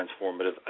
transformative